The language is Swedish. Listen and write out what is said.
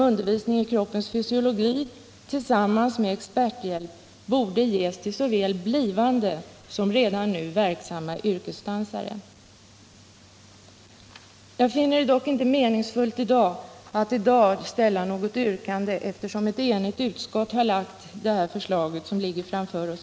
Undervisning i kroppens fysiologi tillsammans med experthjälp borde ges till såväl blivande som redan verksamma yrkesdansare. Jag finner det dock inte meningsfullt att i dag ställa något yrkande, eftersom ett enigt utskott har framlagt detta betänkande.